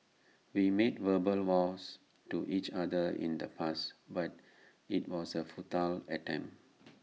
we made verbal vows to each other in the past but IT was A futile attempt